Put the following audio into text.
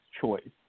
choice